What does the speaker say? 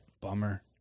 Bummer